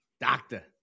Doctor